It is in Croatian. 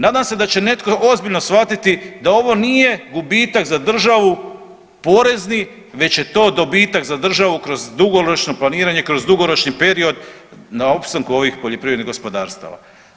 Nadam se da će netko ozbiljno shvatiti da ovo nije gubitak za državu porezni već je to dobitak za državu kroz dugoročno planiranje, kroz dugoročni period na opstanku ovih poljoprivrednih gospodarstava.